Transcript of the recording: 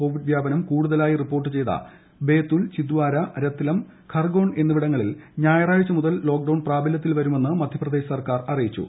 Covid വ്യാപനം കൂടുതൽിയ്യി report ചെയ്ത ബേതുൽ ചിദ്വാര രത്ലം ഖർഗ്യോൺ ് എന്നിവിടങ്ങളിൽ ഞായറാഴ്ച മുതൽ ലോക്ഡൌൺ പ്രാബലൃത്തിൽ വരുമെന്ന് മധ്യപ്രദേശ് സർക്കാർ അറിയിച്ചു